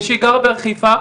שגרה בחיפה.